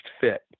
fit